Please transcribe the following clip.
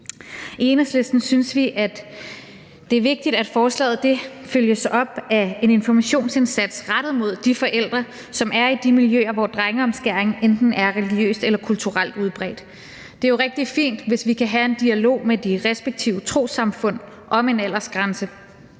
I Enhedslisten synes vi, det er vigtigt, at forslaget følges op af en informationsindsats rettet mod de forældre, som er i de miljøer, hvor drengeomskæring enten er religiøst eller kulturelt udbredt. Det er jo rigtig fint, hvis vi kan have en dialog med de respektive trossamfund om en aldersgrænse,